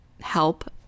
help